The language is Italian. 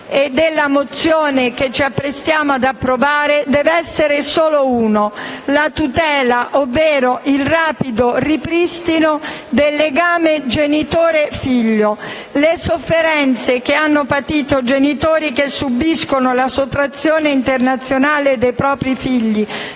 e della mozione che ci apprestiamo ad approvare deve essere solo uno: la tutela ovvero il rapido ripristino del legame genitore-figlio. Le sofferenze che hanno patito genitori che subiscono la sottrazione internazionale dei propri figli